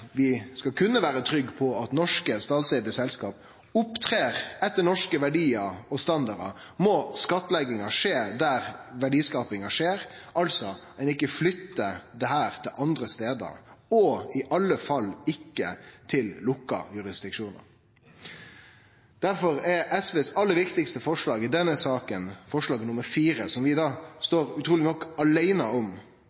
vi skal kunne vere trygge på at norske statseigde selskap opptrer etter norske verdiar og standardar, må skattlegginga skje der verdiskapinga skjer, altså at ein ikkje flyttar dette til andre stader – og i alle fall ikkje til lukka jurisdiksjonar. Difor er SVs aller viktigaste forslag i denne saka forslag nr. 4, som vi